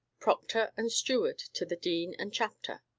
proctor, and steward to the dean and chapter.